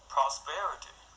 Prosperity